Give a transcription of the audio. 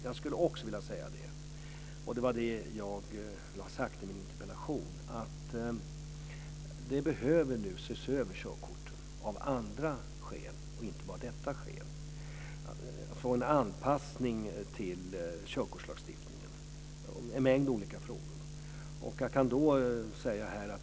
Jag sade i mitt interpellationssvar att körkorten behöver ses över av andra skäl, och inte bara av detta skäl, och anpassas till körkortslagstiftningen. Det gäller en mängd olika frågor.